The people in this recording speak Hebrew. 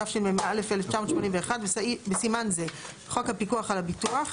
התשמ"א-1981 (בסימן זה - חוק הפיקוח על הביטוח)